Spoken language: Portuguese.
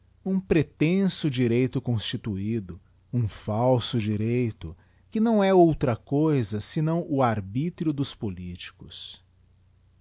um pretenso direito constituido um falso direito que nâo é outra coisa senão o arbítrio dos políticos